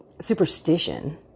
superstition